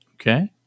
Okay